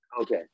okay